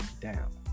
down